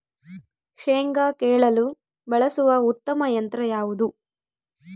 ಶೇಂಗಾ ಕೇಳಲು ಬಳಸುವ ಉತ್ತಮ ಯಂತ್ರ ಯಾವುದು?